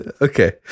okay